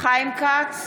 חיים כץ,